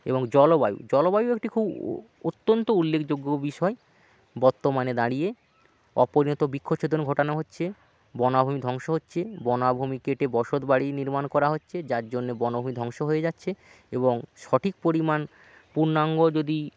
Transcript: এবং জলবায়ু জলবায়ু একটি খুব অত্যন্ত উল্লেখযোগ্য বিষয় বর্তমানে দাঁড়িয়ে অপরিণত বৃক্ষছেদন ঘটানো হচ্ছে বনাভূমি ধ্বংস হচ্ছে বনাভূমি কেটে বসত বাড়ি নির্মাণ করা হচ্ছে যার জন্যে বনভূমি ধ্বংস হয়ে যাচ্ছে এবং সঠিক পরিমাণ পূর্ণাঙ্গ যদি